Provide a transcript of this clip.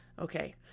Okay